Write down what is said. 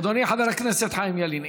אדוני חבר הכנסת חיים ילין,